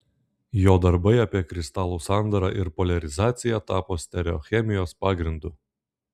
jo darbai apie kristalų sandarą ir poliarizaciją tapo stereochemijos pagrindu